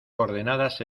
coordenadas